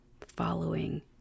following